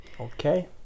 Okay